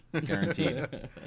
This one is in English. guaranteed